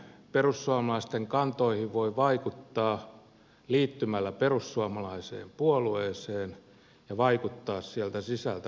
perussuomalaisten kantoihin voi vaikuttaa liittymällä perussuomalaiseen puolueeseen ja vaikuttamalla sieltä sisältä perussuomalaisten kantoihin